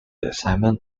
assignment